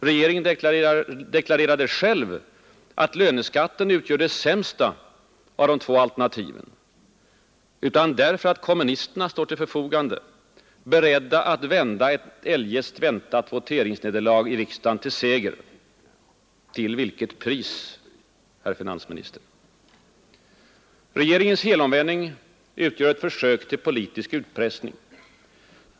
Regeringen deklarerade själv att löneskatten utgör det sämsta av de två alternativen. Utan därför att kommunisterna står till förfogande, beredda att vända ett eljest väntat voteringsnederlag i riksdagen till seger. Till vilket pris, herr finansminister? Regeringens helomvändning utgör ett försök till politisk utpressning.